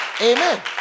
Amen